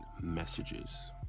messages